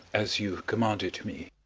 as you commanded me